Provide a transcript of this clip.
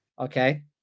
okay